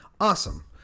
awesome